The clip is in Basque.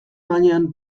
gainean